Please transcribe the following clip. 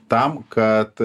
tam kad